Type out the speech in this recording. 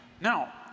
Now